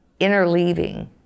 interleaving